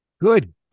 Good